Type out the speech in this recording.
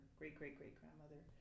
great-great-great-grandmother